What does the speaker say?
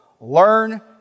Learn